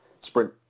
sprint